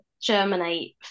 germinate